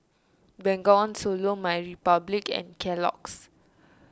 Bengawan Solo MyRepublic and Kellogg's